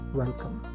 welcome